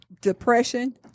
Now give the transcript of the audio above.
depression